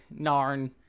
Narn